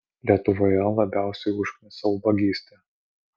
lietuvoje labiausiai užknisa ubagystė